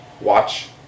watch